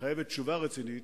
ומחייבת תשובה רצינית.